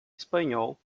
espanhol